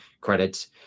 credits